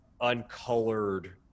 uncolored